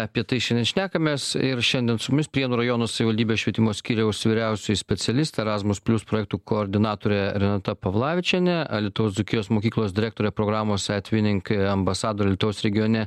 apie tai šiandien šnekamės ir šiandien su mumis prienų rajono savivaldybės švietimo skyriaus vyriausioji specialistė erasmus plius projektų koordinatorė renata pavlavičienė alytaus dzūkijos mokyklos direktorė programos etvinink ambasadorė alytaus regione